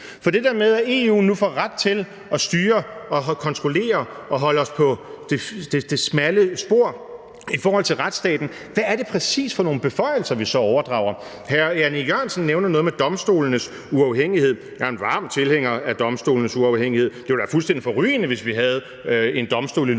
om det der med, at EU nu får ret til at styre og kontrollere og holde os på det smalle spor i forhold til retsstaten, hvad er det så præcis for nogle beføjelser vi overdrager? Hr. Jan E. Jørgensen nævner noget med domstolenes uafhængighed. Jeg er en varm tilhænger af domstolenes uafhængighed; det ville være fuldstændig forrygende, hvis vi havde en Domstol i Luxembourg,